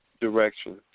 direction